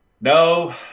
no